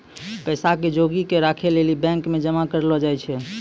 पैसा के जोगी क राखै लेली बैंक मे जमा करलो जाय छै